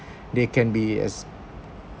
they can be as